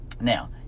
now